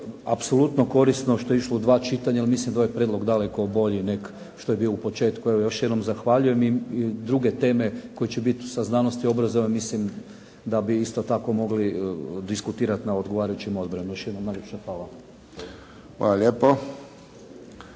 apsolutno korisno što je išlo u dva čitanja jer mislim da je ovaj prijedlog daleko bolji nego što je bio u početku. Evo još jednom zahvaljujem i druge teme koje će biti sa znanosti i obrazovanja mislim da bi isto tako mogli diskutirat na odgovarajućim odborima. Još jednom najljepša hvala. **Friščić,